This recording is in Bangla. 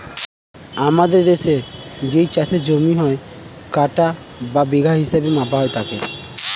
আমাদের দেশের যেই চাষের জমি হয়, কাঠা এবং বিঘা হিসেবে মাপা হয় তাকে